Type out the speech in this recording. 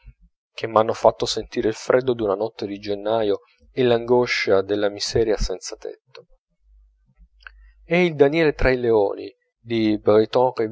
che m'hanno fatto sentire il freddo d'una notte di gennaio e l'angoscia della miseria senza tetto e il daniele tra i leoni di